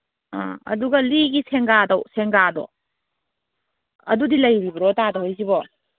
ꯑꯥ ꯑꯗꯨꯒ ꯂꯤꯒꯤ ꯁꯦꯡꯒꯥꯗꯣ ꯑꯗꯨꯗꯤ ꯂꯩꯔꯤꯕ꯭ꯔꯣ ꯇꯥꯗ ꯍꯣꯏꯁꯤꯕꯣ